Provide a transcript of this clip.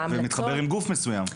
ומתחבר עם גוף מסוים.